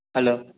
hello